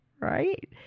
right